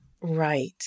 Right